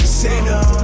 sinner